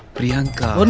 priyanka.